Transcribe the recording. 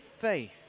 faith